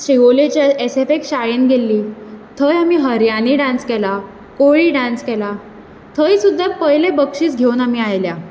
शिवोलेचे S F X शाळेन गेल्ली थंय आमी हरयाली डान्स केला कोळी डान्स केला थंय सुद्दां पयले बक्षीस घेवन आमी आयल्या